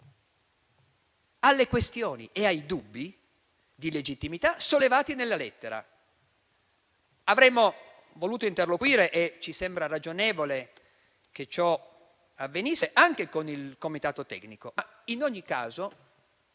alle questioni e ai dubbi di legittimità sollevati nella lettera. Avremmo voluto interloquire e ci sembra ragionevole che ciò avvenga anche con il comitato tecnico, ma in ogni caso